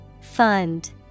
Fund